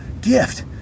gift